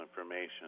information